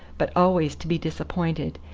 but always to be disappointed,